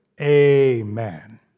amen